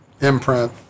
imprint